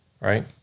right